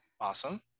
awesome